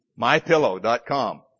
MyPillow.com